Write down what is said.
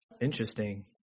Interesting